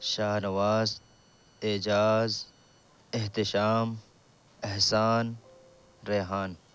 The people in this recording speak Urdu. شاہنواز اعجاز احتشام احسان ریحان